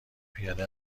پیاده